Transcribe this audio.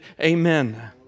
amen